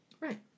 Right